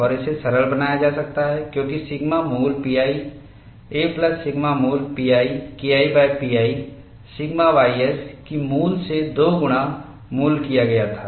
और इसे सरल बनाया जा सकता है क्योंकि सिग्मा मूल pi a प्लस सिग्मा मूल pi KIpi सिग्मा ys की मूल से 2 गुणा मूल किया गया था